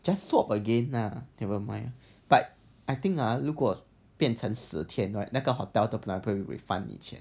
just swab again lah nevermind but I think ah 如果变成十天 right 那个 hotel 不懂会不会 refund 你钱